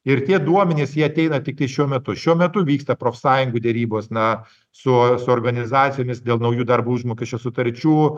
ir tie duomenys jie ateina tik tai šiuo metu šiuo metu vyksta profsąjungų derybos na su su organizacijomis dėl naujų darbo užmokesčio sutarčių